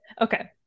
Okay